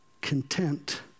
content